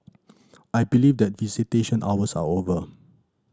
I believe that visitation hours are over